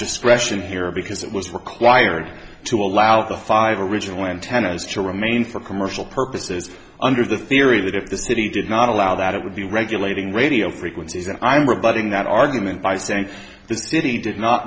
discretion here because it was required to allow the five original antennas to remain for commercial purposes under the theory that if the city did not allow that it would be regulating radio frequencies and i am rebutting that argument by saying the city did not